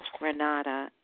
Renata